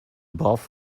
bath